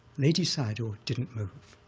ledi sayadaw didn't move.